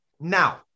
Now